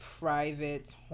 Private